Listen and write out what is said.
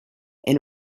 and